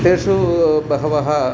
तेषु बहवः